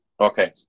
okay